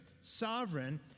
sovereign